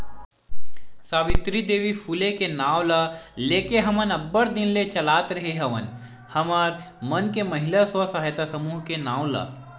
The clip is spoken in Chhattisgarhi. सावित्री देवी फूले के नांव ल लेके हमन अब्बड़ दिन ले चलात रेहे हवन हमर मन के महिना स्व सहायता समूह के नांव ला